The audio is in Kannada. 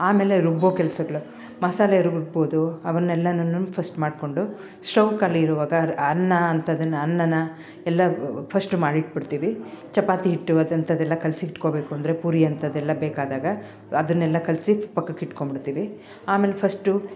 ಆಮೇಲೆ ರುಬ್ಬೊ ಕೆಲಸಗಳು ಮಸಾಲೆ ರುಬ್ಬೋದು ಅವನೆಲ್ಲಾ ನಾನು ಫಸ್ಟ್ ಮಾಡಿಕೊಂಡು ಸ್ಟೌವ್ ಖಾಲಿ ಇರುವಾಗ ಅನ್ನ ಅಂಥದನ್ನ ಅನ್ನನ ಎಲ್ಲಾ ಫಸ್ಟ್ ಮಾಡಿಟ್ಬಿಡ್ತಿವಿ ಚಪಾತಿ ಹಿಟ್ಟು ಅದಂತದೆಲ್ಲಾ ಕಲಸಿಟ್ಕೊಬೇಕು ಅಂದರೆ ಪೂರಿ ಅಂಥದೆಲ್ಲಾ ಬೇಕಾದಾಗ ಅದನ್ನೆಲ್ಲಾ ಕಲಸಿ ಪಕ್ಕಕಿಡ್ಕೊಂಬಿಡ್ತೀವಿ ಆಮೇಲೆ ಫಸ್ಟು